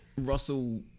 Russell